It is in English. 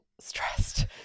stressed